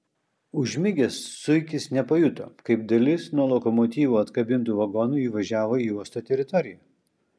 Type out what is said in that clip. užmigęs zuikis nepajuto kaip dalis nuo lokomotyvo atkabintų vagonų įvažiavo į uosto teritoriją